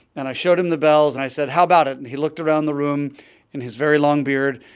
and i showed him the bells. and i said, how about it? and he looked around the room in his very long beard.